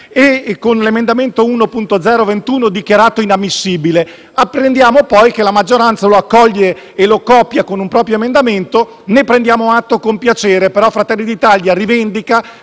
e con l'emendamento 1.0.21, dichiarato ammissibile. Apprendiamo poi che la maggioranza lo accoglie e lo copia con un proprio emendamento; ne prendiamo atto con piacere, ma Fratelli d'Italia rivendica